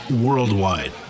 worldwide